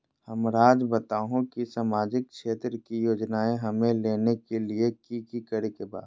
हमराज़ बताओ कि सामाजिक क्षेत्र की योजनाएं हमें लेने के लिए कि कि करे के बा?